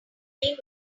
being